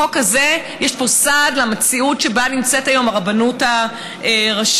בחוק הזה יש צעד למציאות שבה נמצאת היום הרבנות הראשית.